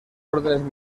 órdenes